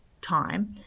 time